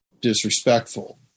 disrespectful